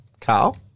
Carl